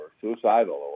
suicidal